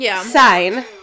sign